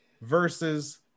versus